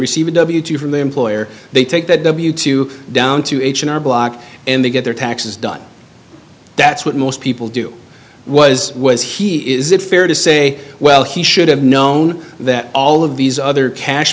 receive a w two from their employer they take that w two down to h and r block and they get their taxes done that's what most people do was was he is it fair to say well he should have known that all of these other cash